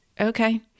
okay